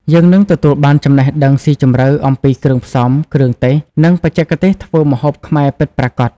យើងនឹងទទួលបានចំណេះដឹងស៊ីជម្រៅអំពីគ្រឿងផ្សំ គ្រឿងទេស និងបច្ចេកទេសធ្វើម្ហូបខ្មែរពិតប្រាកដ ។